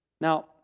Now